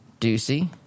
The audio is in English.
Ducey